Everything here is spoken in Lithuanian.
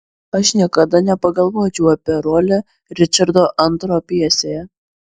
aš niekada nepagalvočiau apie rolę ričardo ii pjesėje